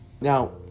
Now